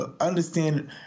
understand